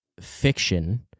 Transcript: fiction